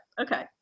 Okay